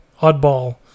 Oddball